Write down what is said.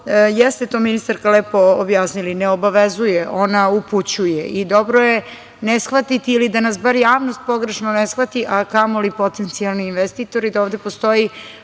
jeste to ministarka lepo objasnili, ne obavezuje, ona upućuje i dobro je ne shvatiti ili da nas bar javnost pogrešno ne shvati, a kamoli potencijalni investitori da ovde postoji